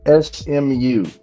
SMU